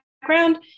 background